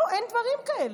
אין דברים כאלה.